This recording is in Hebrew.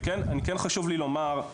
וכן חשוב לי לומר,